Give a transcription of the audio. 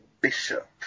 Bishop